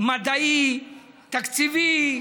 מדעי, תקציבי,